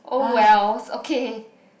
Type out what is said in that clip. oh wells okay